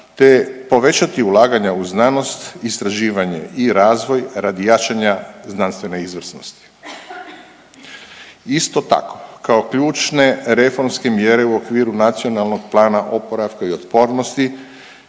te povećati ulaganja u znanost, istraživanje i razvoj radi jačanja znanstvene izvrsnosti. Isto tako kao ključne reformske mjere u okviru NPOO-a predviđene